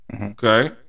Okay